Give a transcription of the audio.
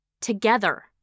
together